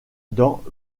dans